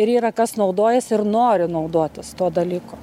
ir yra kas naudojasi ir nori naudotis tuo dalyku